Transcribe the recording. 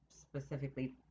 specifically